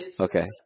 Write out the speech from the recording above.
Okay